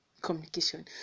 communication